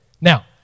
Now